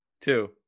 Two